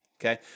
okay